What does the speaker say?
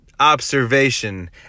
observation